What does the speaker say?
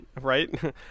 Right